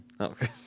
Okay